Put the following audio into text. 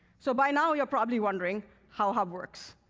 so by now, you're probably wondering how hub works.